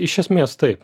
iš esmės taip